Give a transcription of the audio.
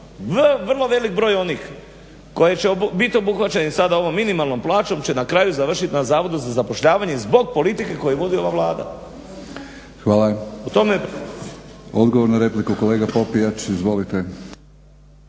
vrlo velik broj je onih koji će biti obuhvaćeni sada ovom minimalnom plaćom će na kraju završiti na Zavodu za zapošljavanje zbog politike koju vodi ova Vlada. **Batinić, Milorad (HNS)** Hvala. Odgovor na repliku, kolega Popijač. Izvolite.